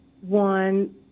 one